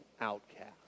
outcast